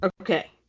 Okay